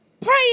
Pray